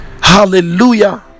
hallelujah